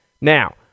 Now